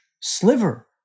sliver